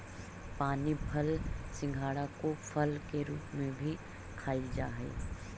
पानी फल सिंघाड़ा को फल के रूप में भी खाईल जा हई